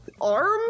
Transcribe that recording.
arm